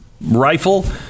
rifle